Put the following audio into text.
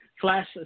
Flash